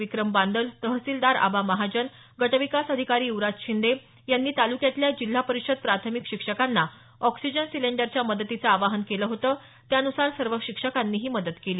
विक्रम बांदल तहसिलदार आबा महाजन गटविकास अधिकारी युवराज शिंदे यांनी तालुक्यातल्या जिल्हा परिषद प्राथमिक शिक्षकांना आॅक्सिजन सिलिंडरच्या मदतीचं आवाहन केलं होतं त्यान्सार सर्व शिक्षकांनी ही मदत केली